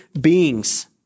beings